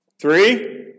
Three